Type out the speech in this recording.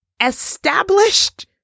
established